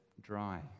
dry